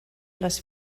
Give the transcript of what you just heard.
les